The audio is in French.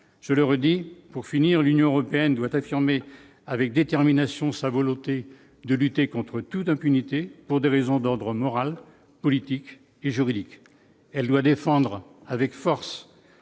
je le redis, pour finir, l'Union européenne doit affirmer avec détermination sa volonté de lutter contre toute impunité pour des raisons d'ordre moral, politique et juridique, elle doit défendre avec force